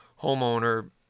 homeowner